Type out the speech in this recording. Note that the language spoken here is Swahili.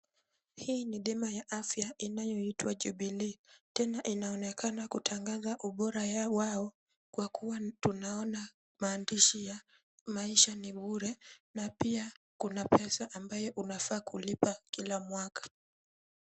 Hii ni bima ya afya inayoitwa Jubilee ,tena inaonekana kutangaza ubora wao kwa kua tunaona maandishi ya Maisha ni Bure na pia kuna pesa ambayo unafaa kulipa kila mwaka.